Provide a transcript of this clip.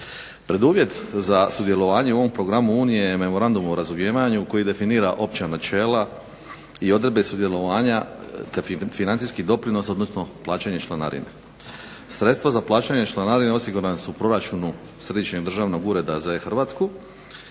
Preduvjet za sudjelovanje u ovom Programu Unije je Memorandum o razumijevanju koji definira opća načela i odredbe sudjelovanja financijskih doprinosa, odnosno plaćanje članarine. Sredstva za plaćanje članarine osigurane su u proračunu Središnjeg državnog ureda za e-Hrvatsku,